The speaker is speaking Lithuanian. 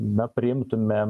na priimtumėm